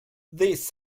this